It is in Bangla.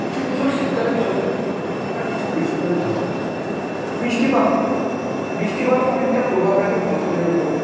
কিছু ফসল শীতকালে ভালো হয় আবার কিছু গ্রীষ্মকালে ভালো বৃষ্টিপাত বৃষ্টিপাতও অনেকটা প্রভাব রাখে ফসলের ওপর